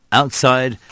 outside